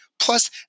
Plus